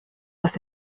das